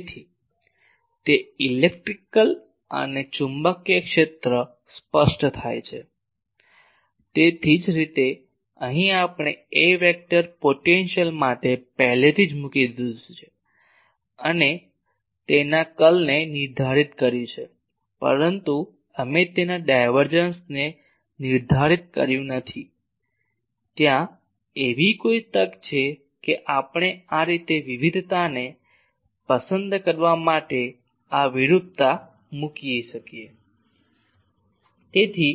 તેથી તે ઇલેક્ટ્રિક અને ચુંબકીય ક્ષેત્ર સ્પષ્ટ થાય છે તેવી જ રીતે અહીં આપણે A વેક્ટર પોટેન્શિયલ માટે પહેલેથી જ મૂકી દીધું છે અમે તેના કર્લને નિર્ધારિત કર્યું છે પરંતુ અમે તેના ડાયવર્જન્સ ને નિર્ધારિત કર્યું નથી ત્યાં એવી કોઈ તક છે કે આપણે આ રીતે વિવિધતાને પસંદ કરવા માટે આ વિરૂપતા મૂકી શકીએ તેથી